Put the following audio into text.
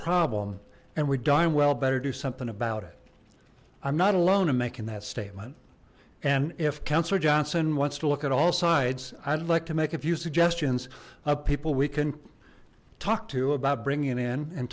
problem and weed i'm well better do something about it i'm not alone in making that statement and if councillor johnson wants to look at all sides i'd like to make a few suggestions of people we can talk to about bringing